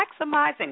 maximizing